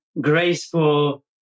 graceful